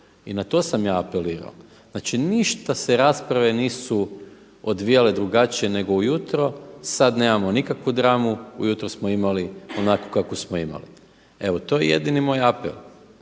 I na to sam ja apelirao. Znači, ništa se rasprave nisu odvijale drugačije nego ujutro. Sada nemamo nikakvu dramu. Ujutro smo imali onakvu kakvu smo imali. Evo, to je jedini moj apel.